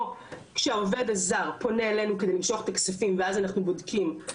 או כשהעובד הזר פונה אלינו כדי למשוך את הכספים ואז אנחנו בודקים,